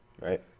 Right